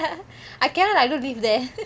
I cannot lah I don't live there